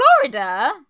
Florida